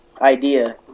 idea